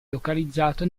localizzato